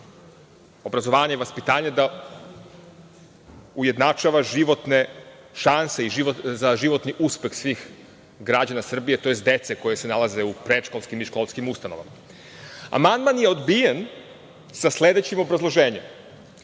obrazovanja i vaspitanja da ujednačava životne šanse za životni uspeh svih građana Srbije, tj. dece koja se nalaze u predškolskim i školskim ustanovama. Amandman je odbijen, sa sledećim obrazloženjem: